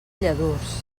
lladurs